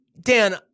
Dan